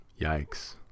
Yikes